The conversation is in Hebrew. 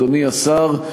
אדוני השר,